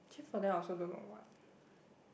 actually for them I also don't know what